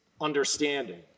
understanding